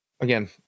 again